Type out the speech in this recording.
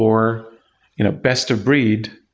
or you know best of breed,